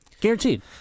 Guaranteed